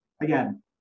again